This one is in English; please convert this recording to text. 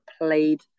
played